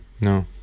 No